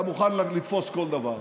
אתה מוכן לתפוס כל דבר,